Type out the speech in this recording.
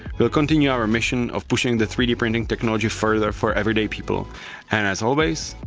we'll continue our mission of pushing the three d printing technology further for everyday people and as always,